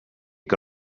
que